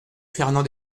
fernand